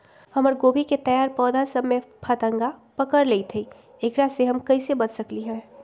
हमर गोभी के तैयार पौधा सब में फतंगा पकड़ लेई थई एकरा से हम कईसे बच सकली है?